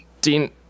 Dean